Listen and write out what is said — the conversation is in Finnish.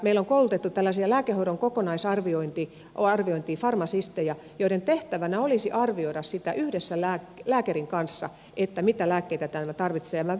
meillä on koulutettu tällaisia lääkehoidon kokonaisarviointifarmasisteja joiden tehtävänä olisi arvioida sitä yhdessä lääkärin kanssa mitä lääkkeitä tarvitaan